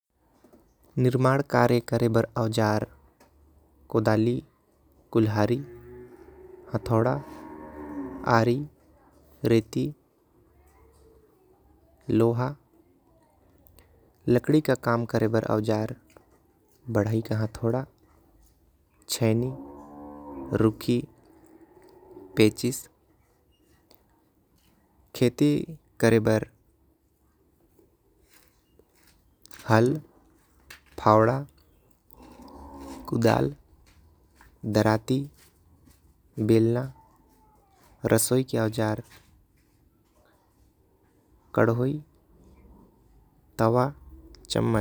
निर्माण कार्य करे बर ओजार कुल्हाड़ी, कुदारी हटोरा, आरी रेती। लोहा लकड़ी के काम करे बर ओजार बढ़ाई के हटोरा। छेनी, रूखी, पेचिश खेती करे बर हल, फावड़ा ,कुदाल। डराती बेलना रसोई के ओजार कढ़ोई, तावा, चम्मच।